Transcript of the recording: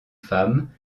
femme